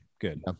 good